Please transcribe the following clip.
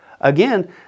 Again